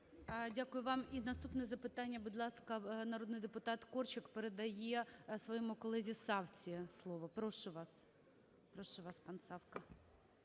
Дякую вам. І наступне запитання, будь ласка, народний депутат Корчик передає своєму колезі Савці слово. Прошу вас, прошу вас, пан Савка.